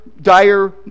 dire